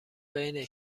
بین